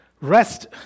Rest